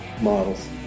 models